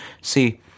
See